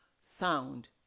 Sound